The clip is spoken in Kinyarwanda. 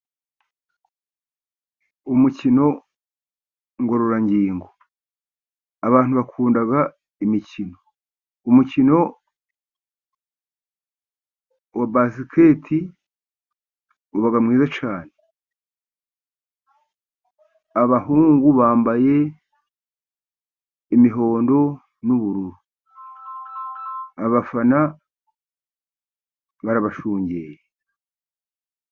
Umukino ngororangingo. Abantu bakunda imikino. Umukino wa basikete uba mwiza cyane. Abahungu bambaye imihondo n'uburu. Abafana barabashungeye.